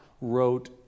wrote